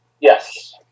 Yes